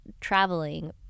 traveling